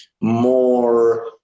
more